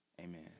amen